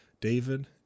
david